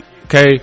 Okay